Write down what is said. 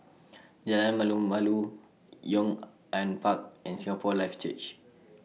Jalan Malu Malu Yong An Park and Singapore Life Church